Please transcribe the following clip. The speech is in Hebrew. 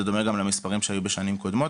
זה דומה גם למספרים שהיו בשנים קודמות.